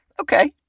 Okay